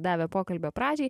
davė pokalbio pradžiai